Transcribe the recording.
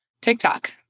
TikTok